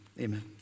amen